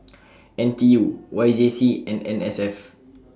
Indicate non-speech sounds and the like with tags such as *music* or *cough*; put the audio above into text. *noise* N T U Y J C and N S F